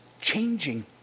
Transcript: changing